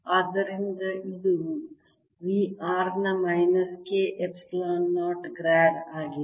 ಆದ್ದರಿಂದ ಇದು V r ನ ಮೈನಸ್ K ಎಪ್ಸಿಲಾನ್ 0 ಗ್ರೇಡ್ ಆಗಿದೆ